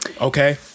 Okay